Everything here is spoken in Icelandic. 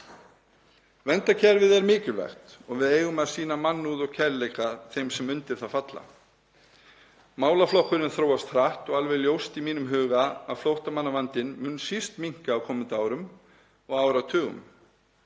Verndarkerfið er mikilvægt og við eigum að sýna mannúð og kærleika þeim sem undir það falla. Málaflokkurinn þróast hratt og er alveg ljóst í mínum huga að flóttamannavandinn mun síst minnka á komandi árum og áratugum.